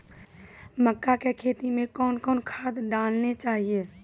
मक्का के खेती मे कौन कौन खाद डालने चाहिए?